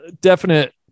definite